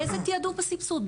איזה תיעדוף בסבסוד?